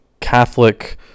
Catholic